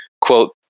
Quote